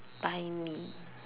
buy me